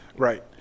Right